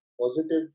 positive